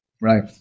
Right